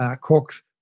Cork's